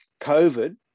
COVID